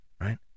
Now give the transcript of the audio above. Right